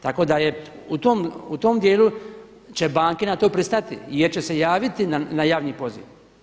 Tako da je, u tom dijelu će banke na to pristati jer će se javiti na javni poziv.